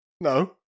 no